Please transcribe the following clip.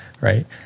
right